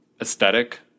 aesthetic